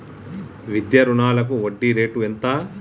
విద్యా రుణాలకు వడ్డీ రేటు ఎంత?